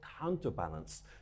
counterbalance